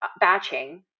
batching